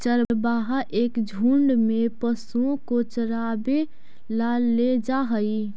चरवाहा एक झुंड में पशुओं को चरावे ला ले जा हई